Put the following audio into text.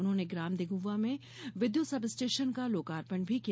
उन्होंने ग्राम दिगुवां में विद्युत सब स्टेशन का लोकार्पण भी किया